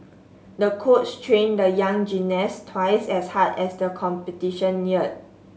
the coach trained the young gymnast twice as hard as the competition neared